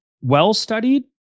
well-studied